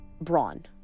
brawn